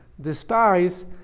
despise